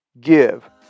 Give